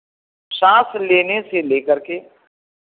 साँस लेने से ले करके